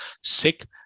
sick